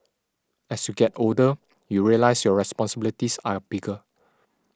as you get older you realise your responsibilities are bigger